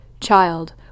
Child